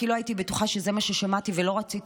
כי לא הייתי בטוחה שזה מה ששמעתי ולא רציתי